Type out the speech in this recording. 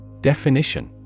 Definition